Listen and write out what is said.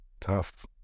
Tough